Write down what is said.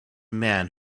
man